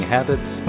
Habits